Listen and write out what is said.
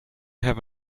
have